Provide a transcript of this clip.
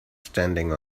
standing